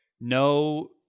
no